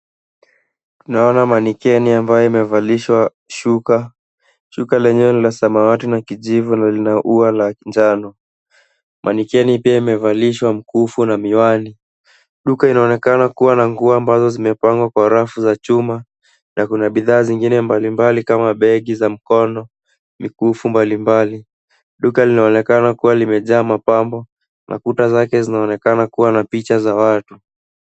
Naona manikeni ambayo imevalishwa shuka. Shuka lenyewe ni la samawati na kijivu na lina ua la njano. Manikeni pia imevalishwa mkufu na miwani. Duka inaonekana kuwa na nguo ambazo zimepangwa kwa rafu za chuma na kuna bidhaa zingine mbalimbali kama begi za mkono, mikufu mbalimbali. Duka linaonekana kuwa limejaa mapambo na kuta zake zinaonekana kuwa na picha za watu.